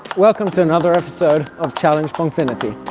welcome to another episode of challenge pongfinity.